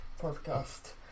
podcast